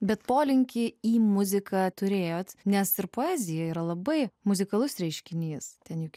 bet polinkį į muziką turėjote nes ir poezija yra labai muzikalus reiškinys ten juk